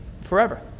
forever